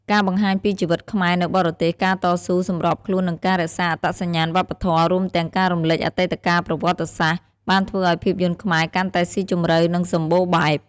ការបង្ហាញពីជីវិតខ្មែរនៅបរទេស ការតស៊ូ សម្របខ្លួន និងការរក្សាអត្តសញ្ញាណវប្បធម៌ រួមទាំងការរំលេចអតីតកាលប្រវត្តិសាស្ត្រ បានធ្វើឱ្យភាពយន្តខ្មែរកាន់តែស៊ីជម្រៅ និងសម្បូរបែប។